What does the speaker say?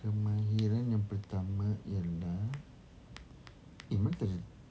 kemahiran yang pertama ialah eh mana tadi dia